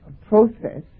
process